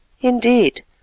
Indeed